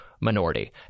minority